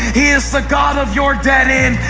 he is the god of your dead end,